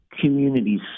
communities